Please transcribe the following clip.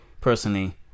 personally